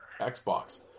Xbox